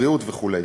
בריאות וכו'.